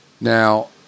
Now